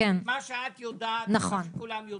מה שאת יודעת ומה שכולם יודעים.